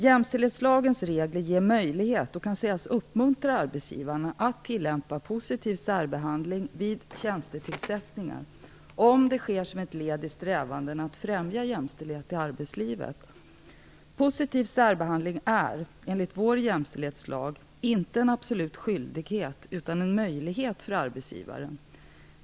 Jämställdhetslagens regel ger möjlighet och kan sägas uppmuntra arbetsgivare att tillämpa positiv särbehandling vid tjänstetillsättningar, om det sker som ett led i strävandena att främja jämställdhet i arbetslivet. Positiv särbehandling är, enligt vår jämställdhetslag, inte en absolut skyldighet utan en möjlighet för arbetsgivaren.